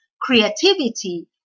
Creativity